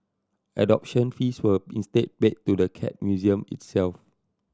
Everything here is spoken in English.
adoption fees were instead paid to the Cat Museum itself